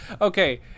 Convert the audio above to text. Okay